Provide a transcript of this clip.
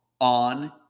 on